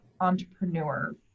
entrepreneur